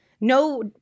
no